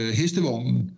hestevognen